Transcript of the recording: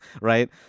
right